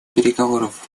переговоров